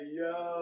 yo